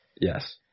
yes